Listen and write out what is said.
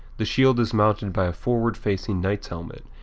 the shield is mounted by a forward facing knight's helmet,